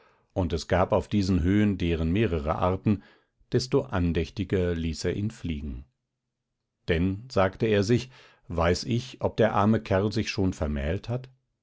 und es gab auf diesen höhen deren mehrere arten desto andächtiger ließ er ihn fliegen denn sagte er sich weiß ich ob der arme kerl sich schon vermählt hat